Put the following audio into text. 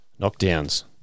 knockdowns